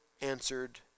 answered